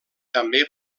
també